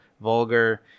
Vulgar